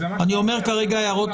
זה משהו אחר.